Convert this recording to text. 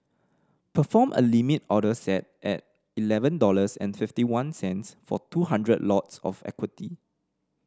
perform a Limit order set at eleven dollars and fifty one cents for two hundred lots of equity